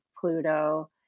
Pluto